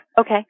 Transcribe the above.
Okay